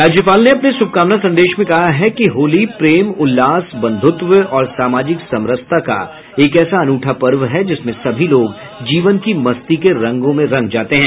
राज्यपाल ने अपने शुभकामना संदेश में कहा है कि होली प्रेम उल्लास बन्धुत्व और सामाजिक समरसता का एक ऐसा अनूठा पर्व है जिसमें सभी लोग जीवन की मस्ती के रंगों में रंग जाते हैं